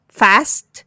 fast